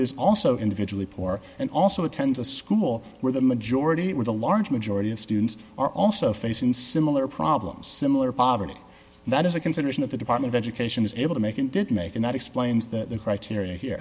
is also individually poor and also attends a school where the majority where the large majority of students are also facing similar problems similar poverty that is a consideration of the department of education is able to make and did make and that explains that the criteria here